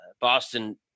Boston